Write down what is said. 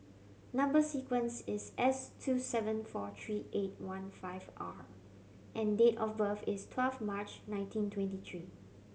number sequence is S two seven four three eight one five R and date of birth is twelve March nineteen twenty three